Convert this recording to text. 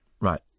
Right